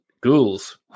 Ghouls